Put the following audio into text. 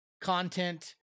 content